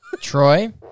Troy